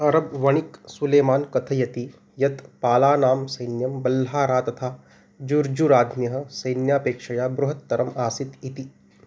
अरब् वणिक् सुलेमान् कथयति यत् पालानां सैन्यं बल्ह्रारा तथा जुर्जुराध्यः सैन्यापेक्षया बृहत्तरम् आसीत् इति